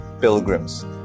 pilgrims